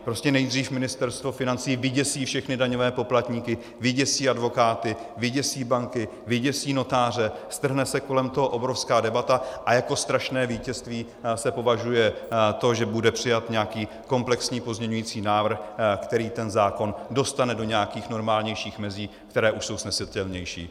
Prostě nejdřív Ministerstvo financí vyděsí všechny daňové poplatníky, vyděsí advokáty, vyděsí banky, vyděsí notáře, strhne se kolem toho obrovská debata a jako strašné vítězství se považuje to, že bude přijat nějaký komplexní pozměňující návrh, který ten zákon dostane do nějakých normálnějších mezí, které už jsou snesitelnější.